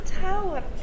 tower